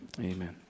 Amen